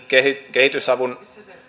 kehitysavun